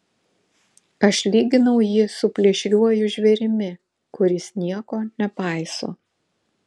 aš lyginau jį su plėšriuoju žvėrimi kuris nieko nepaiso